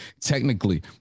technically